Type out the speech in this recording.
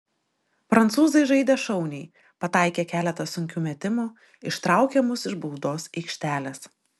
prancūzai žaidė šauniai pataikė keletą sunkių metimų ištraukė mus iš baudos aikštelės